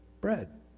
bread